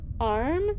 arm